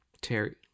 terry